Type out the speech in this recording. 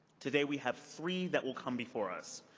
today we have three that will come before us.